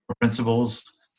principles